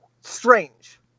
Strange